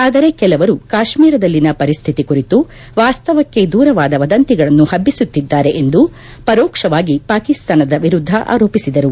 ಆದರೆ ಕೆಲವರು ಕಾತ್ನೀರದಲ್ಲಿನ ಪರಿಸ್ಥಿತಿ ಕುರಿತು ವಾಸ್ತವಕ್ಕೆ ದೂರವಾದ ವದಂತಿಗಳನ್ನು ಹಬ್ಬಿಸುತ್ತಿದ್ದಾರೆ ಎಂದು ಪರೋಕ್ಷವಾಗಿ ಪಾಕಿಸ್ತಾನದ ವಿರುದ್ದ ಆರೋಪಿಸಿದರು